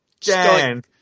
Dan